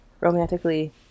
romantically